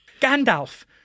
Gandalf